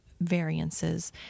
variances